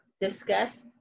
discuss